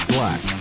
Black